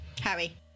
Harry